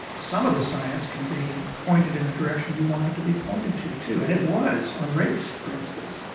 some of the science can be pointed in the direction you want it to be pointed to too, and it was, on race, for instance,